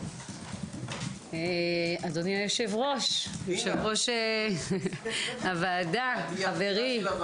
אדוני יושב-ראש הוועדה, חברי.